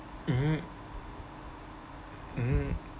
mmhmm mmhmm